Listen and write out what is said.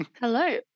Hello